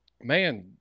man